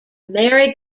merry